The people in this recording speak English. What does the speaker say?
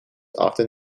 often